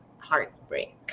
heartbreak